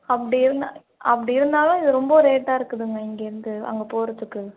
அப்படி இருந்தால் அப்படி இருந்தாலும் இது ரொம்ப ரேட்டாக இருக்குதுங்க இங்கேருந்து அங்கே போகறத்துக்கு